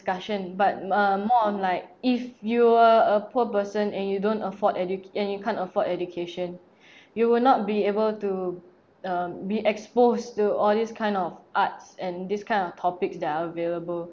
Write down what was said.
discussion but uh more on like if you were a poor person and you don't afford educ~ and you can't afford education you will not be able to uh be exposed to all these kind of arts and this kind of topics that are available